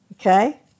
okay